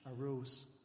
arose